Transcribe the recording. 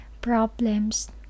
problems